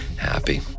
happy